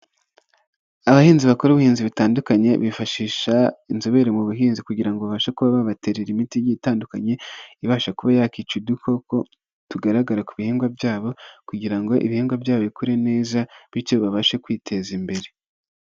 Abahinzi bakora ubuhinzi bitandukanye, bifashisha inzobere mu buhinzi kugira babashe kuba babaterera imiti itandukanye, ibasha kuba yakwica udukoko, tugaragara ku bihingwa byabo kugira ngo ibihingwa byabo bikure neza bityo babashe kwiteza imbere.